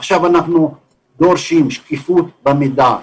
עכשיו אנחנו דורשים שקיפות במידע.